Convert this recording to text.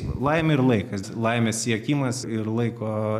laimė ir laikas laimės siekimas ir laiko